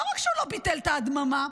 לא רק שלא ביטל את ההדממה,